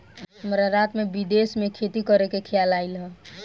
हमरा रात में विदेश में खेती करे के खेआल आइल ह